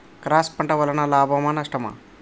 Cross పంట వలన లాభమా నష్టమా?